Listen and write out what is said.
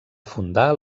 fundar